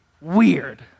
weird